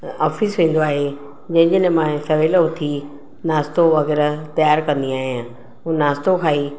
office वेंदो आहे जंहिं जे लाइ मां सवेल उथी नाश्तो वग़ैरह तयार कंदी आहियां हू नाश्तो खाई